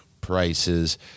prices